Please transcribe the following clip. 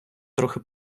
трохи